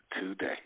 today